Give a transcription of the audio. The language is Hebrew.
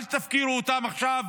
אל תפקירו אותם עכשיו